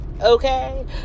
Okay